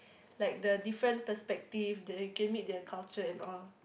like the different perspective that you can meet their culture and all